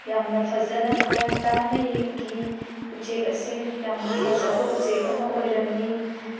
ꯌꯥꯝꯅ ꯐꯖꯅ ꯊꯋꯥꯏ ꯇꯥꯅ ꯌꯦꯡꯈꯤ ꯎꯆꯦꯛ ꯑꯁꯤ ꯌꯥꯝꯅ ꯐꯖꯕ ꯎꯆꯦꯛ ꯑꯃ ꯑꯣꯏꯔꯝꯃꯤ